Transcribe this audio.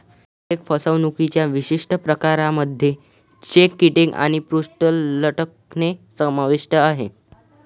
check फसवणुकीच्या विशिष्ट प्रकारांमध्ये चेक किटिंग आणि पृष्ठ लटकणे समाविष्ट आहे